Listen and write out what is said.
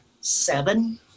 seven